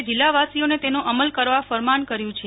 એ જિલ્લાવાસીઓને તેનો અમલ કરવા ફરમાન કર્યુ છે